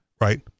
right